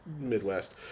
Midwest